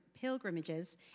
pilgrimages